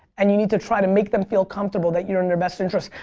and you need to try to make them feel comfortable that you're in their best interest.